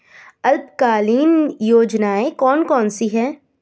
अल्पकालीन योजनाएं कौन कौन सी हैं?